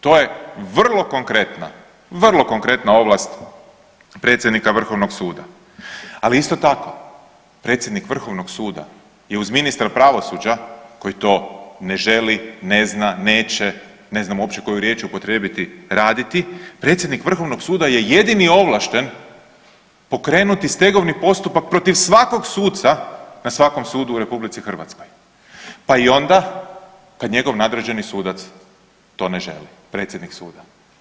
To je vrlo konkretna, vrlo konkretna ovlast predsjednika Vrhovnog suda, ali isto tako predsjednik Vrhovnog suda je uz ministra pravosuđa koji to ne želi, ne zna, neće, ne znam koju uopće riječ upotrijebiti raditi, predsjednik Vrhovnog suda je jedini ovlašten pokrenuti stegovni postupak protiv svakog suca na svakom sudu u RH, pa o i onda kad njegov nadređeni sudac to ne želi, predsjednik suda.